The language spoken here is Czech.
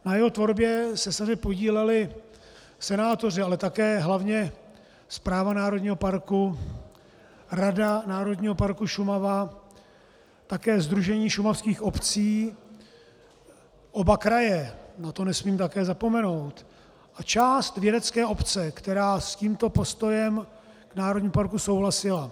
Na jeho tvorbě se podíleli senátoři, ale také hlavně Správa Národního parku, rada Národního parku Šumava, také Sdružení šumavských obcí, oba kraje, na to nesmím také zapomenout, a část vědecké obce, která s tímto postojem národního parku souhlasila.